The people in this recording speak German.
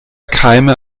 keime